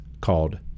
called